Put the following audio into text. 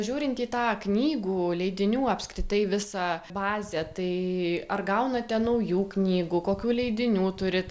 žiūrint į tą knygų leidinių apskritai visą bazę tai ar gaunate naujų knygų kokių leidinių turit